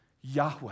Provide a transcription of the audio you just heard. Yahweh